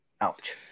ouch